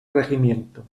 regimiento